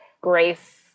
grace